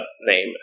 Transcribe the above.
name